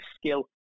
skill